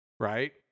Right